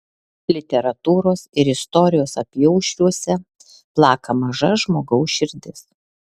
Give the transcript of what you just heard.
literatūros ir istorijos apyaušriuose plaka maža žmogaus širdis